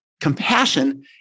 compassion